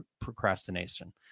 procrastination